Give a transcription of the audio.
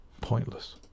pointless